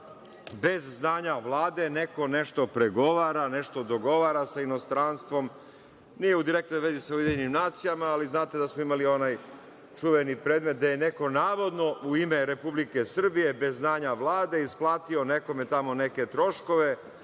bez znanja Vlade neko nešto pregovara, nešto dogovara sa inostranstvom, nije u direktnoj vezi sa UN, ali znate da smo imali onaj čuveni predmet gde je neko navodno, u ime Republike Srbije, bez znanja Vlade, isplatio nekome tamo neke troškove,